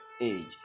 age